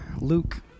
Luke